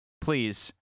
Please